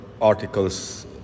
articles